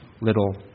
little